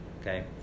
Okay